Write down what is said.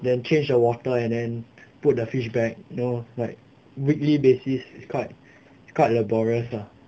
then change the water and then put the fish back you know like weekly basis quite is quite laborious lah